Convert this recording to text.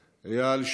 איל,